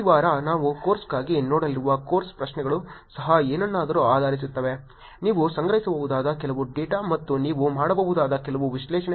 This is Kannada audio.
ಈ ವಾರ ನಾವು ಕೋರ್ಸ್ಗಾಗಿ ನೋಡಲಿರುವ ಕೋರ್ಸ್ ಪ್ರಶ್ನೆಗಳು ಸಹ ಏನನ್ನಾದರೂ ಆಧರಿಸಿರುತ್ತವೆ ನೀವು ಸಂಗ್ರಹಿಸಬಹುದಾದ ಕೆಲವು ಡೇಟಾ ಮತ್ತು ನೀವು ಮಾಡಬಹುದಾದ ಕೆಲವು ವಿಶ್ಲೇಷಣೆ